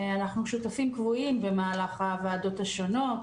אנחנו שותפים קבועים במהלך הוועדות השונות,